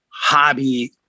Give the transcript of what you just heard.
Hobby